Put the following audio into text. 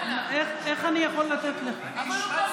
הוא פנה